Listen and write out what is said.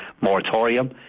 moratorium